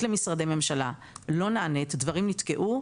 למשרדי ממשלה לא נענית ודברים נתקעו,